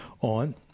on